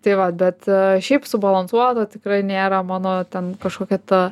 tai vat bet šiaip subalansuoto tikrai nėra mano ten kažkokia ta